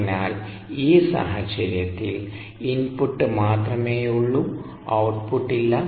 അതിനാൽ ഈ സാഹചര്യത്തിൽ ഇൻപുട്ട് മാത്രമേയുള്ളൂ ഔട്ട്പുട്ട് ഇല്ല